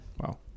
wow